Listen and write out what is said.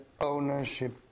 ownership